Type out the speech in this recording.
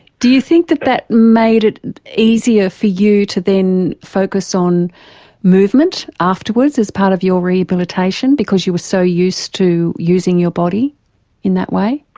do you think that that made it easier for you to then focus on movement afterwards as part of your rehabilitation because you were so used to using your body in that way?